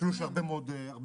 שקלול של הרבה מאוד קריטריונים.